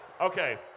Okay